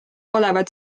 olevat